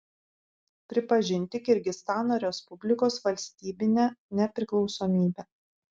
pripažinti kirgizstano respublikos valstybinę nepriklausomybę